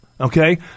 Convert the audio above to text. Okay